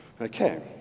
Okay